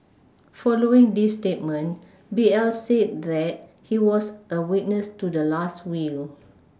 following this statement B L said that he was a witness to the last will